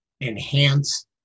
enhance